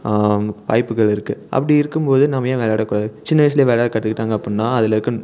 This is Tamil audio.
வாய்ப்புகள் இருக்குது அப்படி இருக்கும்போது நம்ம ஏன் விளையாடக்கூடாது சின்ன வயசுலேயே விளாட கற்றுக்கிட்டாங்க அப்புடின்னா அதில் இருக்க